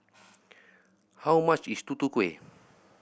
how much is Tutu Kueh